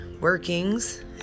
workings